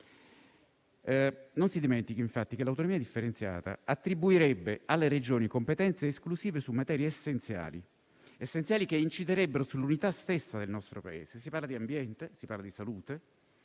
Non si dimentichi infatti che l'autonomia differenziata attribuirebbe alle Regioni competenze esclusive su materie essenziali, che inciderebbero sulla stessa unità del nostro Paese - si parla di ambiente, di salute,